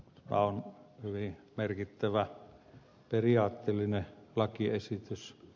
tämä on hyvin merkittävä periaatteellinen lakiesitys